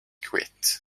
quit